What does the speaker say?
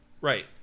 Right